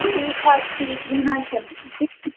ٹھیٖک حظ ٹھیٖک کیٚنٛہہ نہ حظ چھُ نہٕ